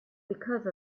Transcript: because